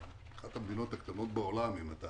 זאת אחת המדינות הקטנות בעולם, אם אתה